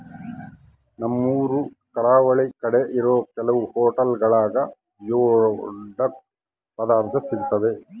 ನಮ್ಮೂರು ಕರಾವಳಿ ಕಡೆ ಇರೋ ಕೆಲವು ಹೊಟೆಲ್ಗುಳಾಗ ಜಿಯೋಡಕ್ ಪದಾರ್ಥ ಸಿಗ್ತಾವ